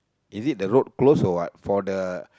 is it the road close or what for the